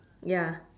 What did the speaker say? ya